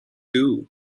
too